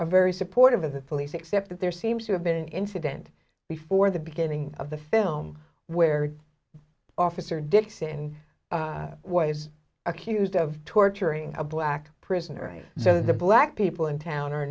are very supportive of the police except that there seems to have been an incident before the beginning of the film where officer dixon was accused of torturing a black prisoner so the black people in town